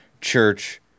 church